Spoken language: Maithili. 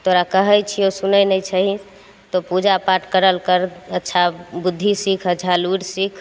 तोरा कहय छियौ सुनय नहि छहि तौं पूजापाठ करल कर अच्छा बुद्धि सीख अच्छा लुरि सीख